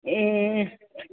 ए